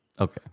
Okay